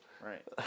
Right